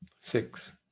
Six